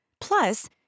Plus